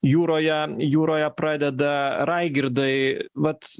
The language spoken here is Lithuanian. jūroje jūroje pradeda raigirdai vat